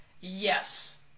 yes